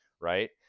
right